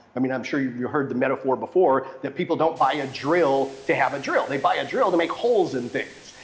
i mean, i'm sure you've you've heard the metaphor before that people don't buy a drill to have a drill, they buy a drill to make holes in things.